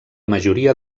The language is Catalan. majoria